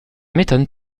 m’étonne